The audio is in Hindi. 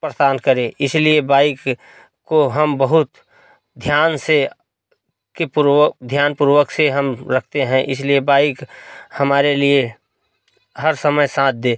परेशान करे इसलिए बाइक को हम बहुत ध्यान से कि पूर्वक ध्यानपूर्वक से हम रखते हैं इसलिए बाइक हमारे लिए हर समय साथ दे